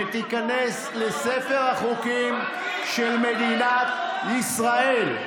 ותיכנס לספר החוקים של מדינת ישראל.